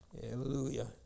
Hallelujah